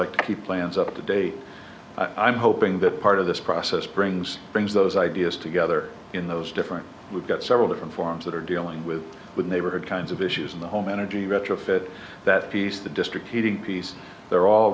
like to be play and up to date i'm hoping that part of this process brings brings those ideas together in those different we've got several different forms that are dealing with neighborhood kinds of issues in the home energy retrofit that piece the district heating piece they're all